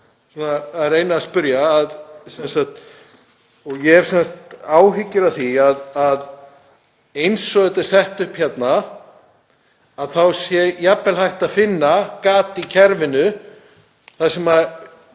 að reyna að spyrja um. Ég hef áhyggjur af því að eins og þetta er sett upp hérna þá sé jafnvel hægt að finna gat í kerfinu þar sem